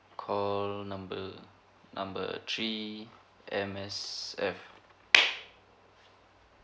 call number number three M_S_F